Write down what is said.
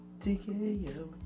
TKO